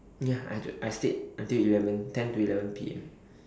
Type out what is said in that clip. ya I do I stayed until eleven ten to eleven P_M